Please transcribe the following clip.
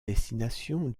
destination